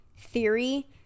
theory